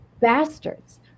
bastards